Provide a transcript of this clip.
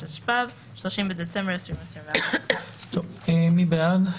התשפ"ב (30 בדצמבר 2021). מי בעד?